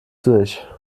durch